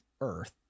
Earth